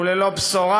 הוא ללא בשורה.